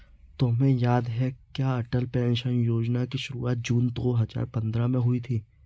तुम्हें याद है क्या अटल पेंशन योजना की शुरुआत जून दो हजार पंद्रह में हुई थी?